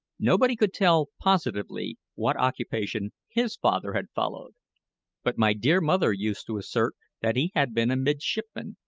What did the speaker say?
nobody could tell positively what occupation his father had followed but my dear mother used to assert that he had been a midshipman,